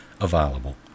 available